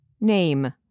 Name